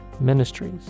ministries